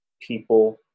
people